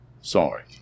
Sorry